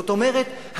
זאת אומרת,